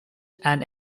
and